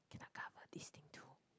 can I cover this thing too